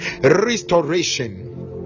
restoration